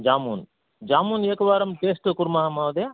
जामून् जामून् एकवारं टेस्ट् कुर्मः महोदय